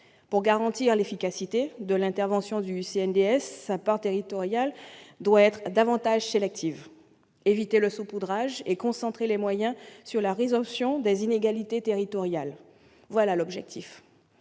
Pour garantir l'efficacité de l'intervention du CNDS, la part territoriale de son action doit être plus sélective. Éviter le saupoudrage et concentrer les moyens sur la résorption des inégalités territoriales, voilà l'objectif